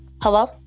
Hello